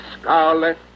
Scarlet